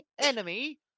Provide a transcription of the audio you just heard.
enemy